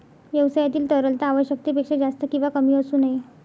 व्यवसायातील तरलता आवश्यकतेपेक्षा जास्त किंवा कमी असू नये